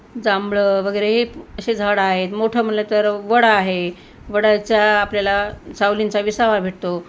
जांभळं वगैरे हे असे झाडं आहेत मोठं म्हणलं तर वड आहे वडाचा आपल्याला सावलींचा विसावा भेटतो